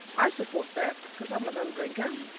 i support that, because i'm a non-drinker,